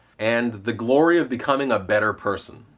and the glory of becoming a better person.